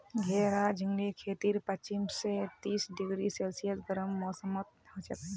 घेरा झिंगलीर खेती पच्चीस स तीस डिग्री सेल्सियस गर्म मौसमत हछेक